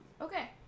Okay